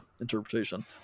interpretation